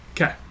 Okay